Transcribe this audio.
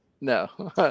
No